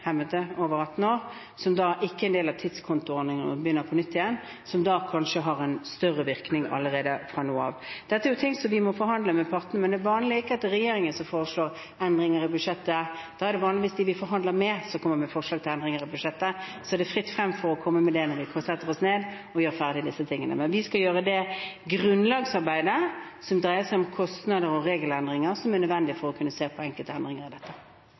større virkning allerede fra nå av. Dette er ting som vi må forhandle med partene om, men det vanlige er ikke at det er regjeringen som foreslår endringer i budsjettet. Det er vanligvis dem vi forhandler med, som kommer med forslag til endringer i budsjettet. Så det er fritt frem for å komme med forslag når vi setter oss ned og gjør dette ferdig. Men vi skal gjøre det grunnlagsarbeidet som dreier seg om kostnader og regelendringer, som er nødvendig for å kunne se på enkelte endringer i dette.